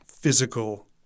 physical